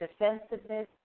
defensiveness